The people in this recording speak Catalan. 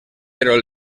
però